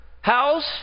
house